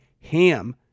ham